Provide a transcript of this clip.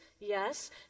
yes